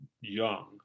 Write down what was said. young